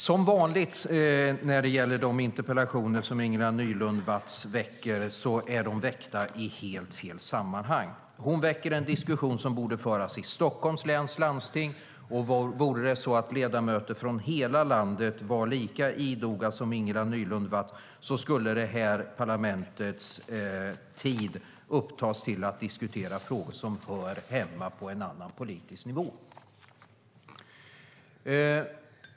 Herr talman! Som vanligt är Ingela Nylund Watz interpellationer väckta i helt fel sammanhang. Hon väcker en diskussion som borde föras i Stockholms läns landsting. Om ledamöter från hela landet var lika idoga som Ingela Nylund Watz skulle det här parlamentets tid upptas till att diskutera frågor som hör hemma på en annan politisk nivå.